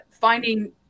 finding